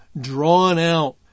drawn-out